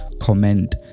Comment